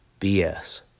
BS